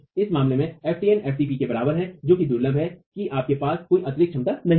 इस मामले में ftn ftp के बराबर है जो कि दुर्लभ है कि आपके पास कोई आरक्षित क्षमता नहीं है